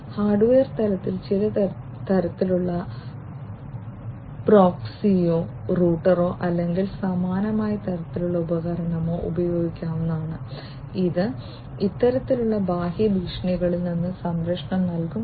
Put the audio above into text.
hardware തലത്തിൽ ചില തരത്തിലുള്ള പ്രോക്സിയോ റൂട്ടറോ അല്ലെങ്കിൽ സമാനമായ തരത്തിലുള്ള ഉപകരണമോ ഉപയോഗിക്കാവുന്നതാണ് ഇത് ഇത്തരത്തിലുള്ള ബാഹ്യ ഭീഷണികളിൽ നിന്ന് സംരക്ഷണം നൽകും